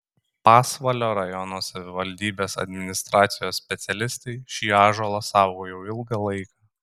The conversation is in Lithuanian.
pasvalio rajono savivaldybės administracijos specialistai šį ąžuolą saugo jau ilgą laiką